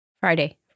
Friday